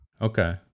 Okay